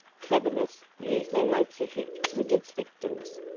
cleverness usually makes a hit with its victims,